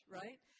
right